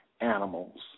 animals